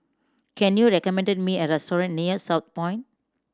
can you recommend me a restaurant near Southpoint